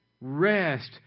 rest